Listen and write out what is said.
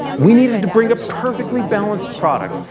we needed to bring a perfectly balanced product.